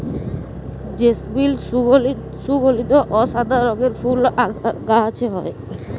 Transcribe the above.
জেসমিল সুগলধি অ সাদা রঙের ফুল গাহাছে হয়